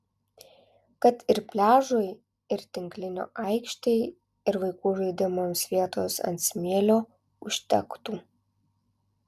kad ir pliažui ir tinklinio aikštei ir vaikų žaidimams vietos ant smėlio užtektų